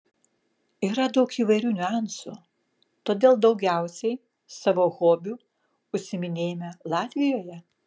yra daug įvairių niuansų todėl daugiausiai savo hobiu užsiiminėjame latvijoje